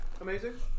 Amazing